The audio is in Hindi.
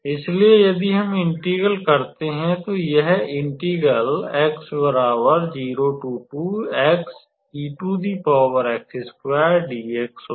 इसलिए यदि हम इंटीग्रल करते हैं तो यह इंटीग्रल होगा